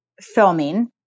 filming